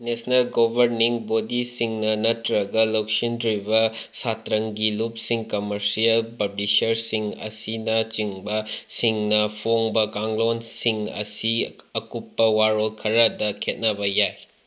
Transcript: national governing ꯕꯣꯗꯤꯁꯤꯡꯅ ꯅꯠꯇ꯭ꯔꯒ ꯂꯧꯁꯤꯟꯗ꯭ꯔꯤꯕ ꯁꯇ꯭ꯔꯪꯒꯤ ꯂꯨꯞꯁꯤꯡ ꯀꯃꯔꯁꯤꯌꯦꯜ ꯄꯥꯕ꯭ꯂꯤꯁꯔꯁꯤꯡ ꯑꯁꯤꯅ ꯆꯤꯡꯕꯁꯤꯡꯅ ꯐꯣꯡꯕ ꯀꯥꯡꯂꯣꯟꯁꯤꯡ ꯑꯁꯤ ꯑꯀꯨꯞꯄ ꯋꯥꯔꯣꯜ ꯈꯔꯗ ꯈꯦꯠꯅꯕ ꯌꯥꯏ